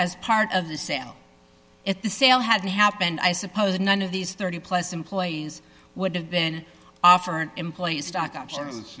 as part of the sale at the sale hadn't happened i suppose none of these thirty plus employees would have been offered employee stock options